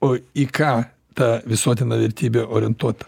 o į ką ta visuotina vertybė orientuota